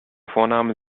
vornamen